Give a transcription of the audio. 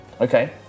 Okay